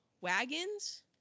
wagons